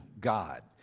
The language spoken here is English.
God